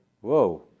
Whoa